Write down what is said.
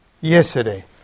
yesterday